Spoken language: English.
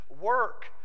work